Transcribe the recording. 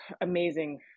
amazing